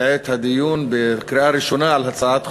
בעת הדיון בקריאה ראשונה על הצעת חוק,